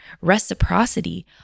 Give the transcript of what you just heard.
reciprocity